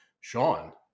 Sean